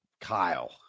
kyle